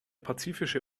pazifische